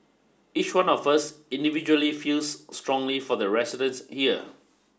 each one of us individually feels strongly for the residence here